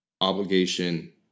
obligation